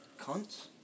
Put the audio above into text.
Cunts